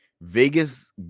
Vegas